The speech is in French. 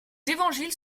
évangiles